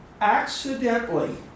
accidentally